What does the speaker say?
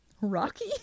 Rocky